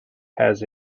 has